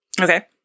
Okay